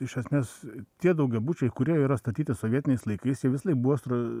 iš esmės tie daugiabučiai kurie yra statyti sovietiniais laikais jie visą laik bus e